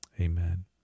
amen